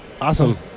Awesome